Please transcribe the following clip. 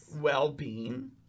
well-being